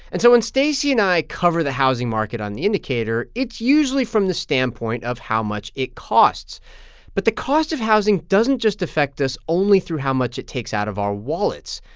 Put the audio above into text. and so when stacey and i cover the housing market on the indicator, it's usually from the standpoint of how much it costs but the cost of housing doesn't just affect us only through how much it takes out of our wallets.